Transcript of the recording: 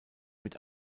mit